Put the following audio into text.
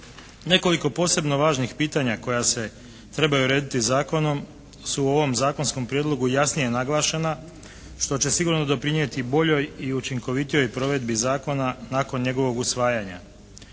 Nekoliko posebno važnih pitanja koja se trebaju urediti zakonom su u ovom zakonskom prijedlogu jasnije naglašena što će sigurno doprinijeti boljoj i učinkovitijoj provedbi zakona nakon njegovog usvajanja.